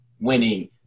winning